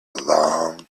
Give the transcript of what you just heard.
long